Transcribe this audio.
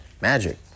magic